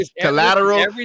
Collateral